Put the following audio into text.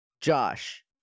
Josh